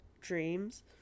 dreams